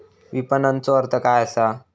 विपणनचो अर्थ काय असा?